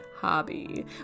hobby